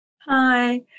Hi